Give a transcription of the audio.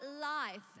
life